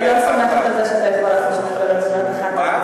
אני לא סומכת על זה שאתה יכול לעשות שני דברים בבת אחת,